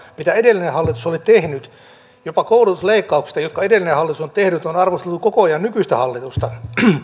mitä edellinen hallitus on tehnyt jopa koulutusleikkauksista jotka edellinen hallitus on tehnyt on arvosteltu koko ajan nykyistä hallitusta